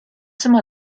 some